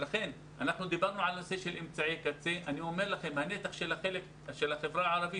אנחנו דיברנו על אמצעי קצה ואני אומר לכם שהנתח של החברה הערבית,